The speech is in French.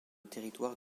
territoire